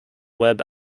web